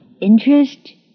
Interest